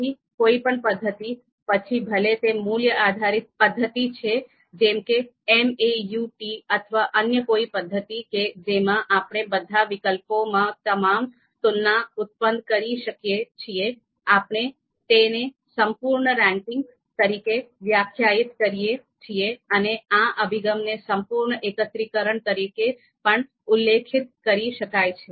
તેથી કોઈપણ પદ્ધતિ પછી ભલે તે મૂલ્ય આધારિત પદ્ધતિ છે જેમ કે MAUT અથવા અન્ય કોઈ પદ્ધતિ કે જેમાં આપણે બધા વિકલ્પોમાં તમામ તુલના ઉત્પન્ન કરી શકીએ છીએ આપણે તેને સંપૂર્ણ રેન્કિંગ તરીકે વ્યાખ્યાયિત કરીએ છીએ અને આ અભિગમને સંપૂર્ણ એકત્રીકરણ તરીકે પણ ઉલ્લેખિત કરી શકાય છે